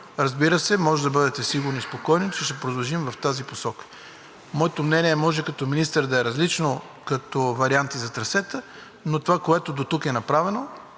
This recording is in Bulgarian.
разбира се, може да бъдете сигурни и спокойни, че ще продължим в тази посока. Моето мнение може като министър да е различно, като варианти за трасета, но това, което дотук е направено,